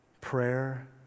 prayer